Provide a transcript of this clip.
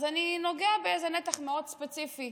אני נוגע בנתח מאוד ספציפי